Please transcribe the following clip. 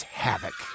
havoc